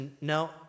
no